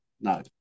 no